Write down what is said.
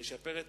לשפר את